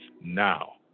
now